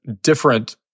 different